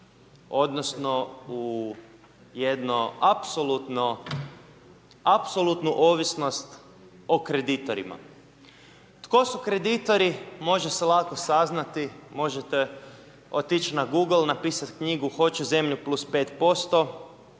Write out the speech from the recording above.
odnosno u jedno apsolutnu ovisnost o kreditorima. Tko su kreditori, može se lako saznati, možete otići na google, napisati knjigu Hoću zemlju +5%